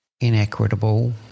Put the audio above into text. inequitable